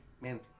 man